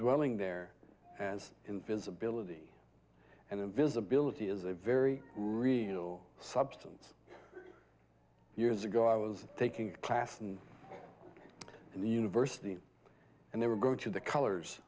dwelling there as invisibility and invisibility is a very real substance years ago i was taking a class and in the university and they were going to the colors